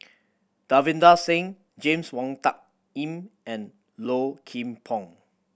Davinder Singh James Wong Tuck Yim and Low Kim Pong